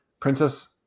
Princess